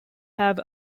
have